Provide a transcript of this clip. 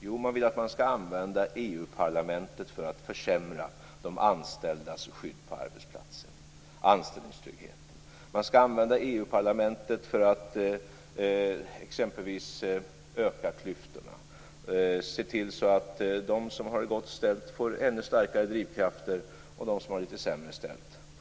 Jo, man vill använda EU parlamentet för att försämra de anställdas skydd på arbetsplatserna, anställningstryggheten. Man skall använda EU-parlamentet för att exempelvis öka klyftorna. Man skall se till att de som har det gott ställt får ännu starkare drivkrafter och att de som har det lite sämre ställt får svagare.